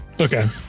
Okay